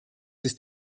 ist